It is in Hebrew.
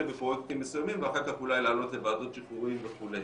בפרויקטים מסוימים ואחר כך אולי לעלות לוועדות שחרורים וכו'.